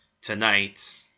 tonight